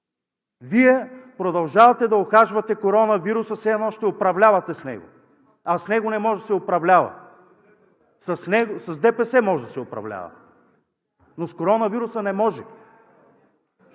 Вие продължавате да ухажвате коронавируса все едно ще управлявате с него, а с него не може да се управлява. С ДПС може да се управлява, но с коронавируса не може.